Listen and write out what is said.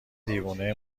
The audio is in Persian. دیوونه